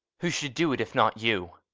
who should do it if not you?